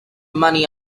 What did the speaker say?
money